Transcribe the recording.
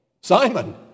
Simon